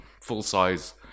full-size